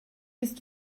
ist